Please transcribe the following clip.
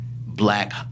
Black